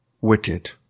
wicked